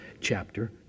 chapter